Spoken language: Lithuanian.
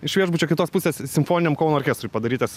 iš viešbučio kitos pusės simfoniniam kauno orkestrui padarytas